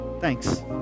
Thanks